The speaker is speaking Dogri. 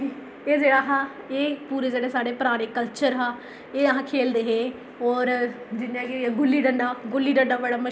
एह् जेहा हा एह् पूरे जेह्ड़े साढ़े पुराने कल्चर हा एह् आहें खेलदे हे ओर जि'यां केह् गुल्ली डंडा गुल्ली डंडा बड़ा मश्हूर हा